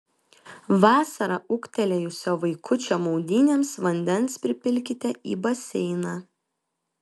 vasarą ūgtelėjusio vaikučio maudynėms vandens pripilkite į baseiną